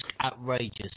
outrageous